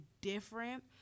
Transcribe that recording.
different